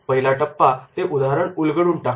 पहिला टप्पा ते उदाहरण उलगडून टाका